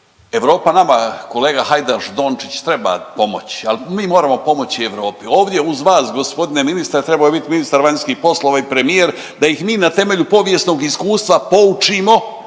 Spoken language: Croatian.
Europa nama, kolega Hajdaš Dončić, treba pomoći, ali mi moramo pomoći Europi. Ovdje uz vas, g. ministre, trebao je biti ministar vanjskih poslova i premijer da ih mi na temelju povijesnog iskustva poučimo